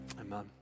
amen